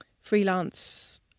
freelance